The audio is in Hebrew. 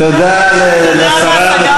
תודה רבה, סגרנו.